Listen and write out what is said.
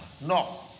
No